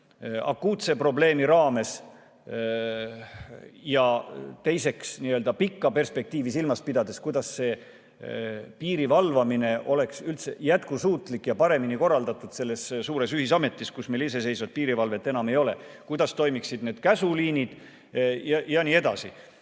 akuutse probleemi raames ja teine pikka perspektiivi silmas pidades, kuidas see piiri valvamine oleks üldse jätkusuutlik ja paremini korraldatud selles suures ühisametis, kus meil iseseisvat piirivalvet enam ei ole. Kuidas toimiksid need käsuliinid ja nii edasi.